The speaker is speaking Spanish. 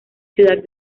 ciudad